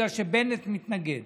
בגלל שבנט מתנגד.